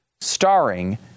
starring